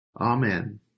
Amen